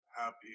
happy